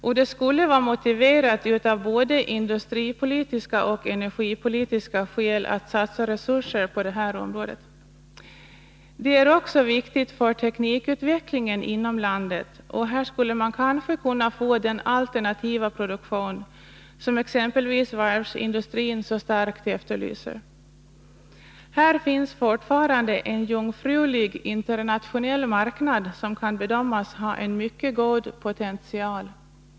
Och det skulle vara motiverat av både industripolitiska och energipolitiska skäl att satsa resurser på det här området. Det är också viktigt för teknikutvecklingen inom landet, och här skulle man kanske kunna få den alternativa produktion som exempelvis varvsindustrin så starkt efterlyser. Det finns fortfarande en jungfrulig internationell marknad som kan bedömas ha en mycket god potential.